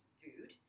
food